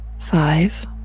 five